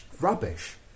rubbish